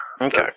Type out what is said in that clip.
Okay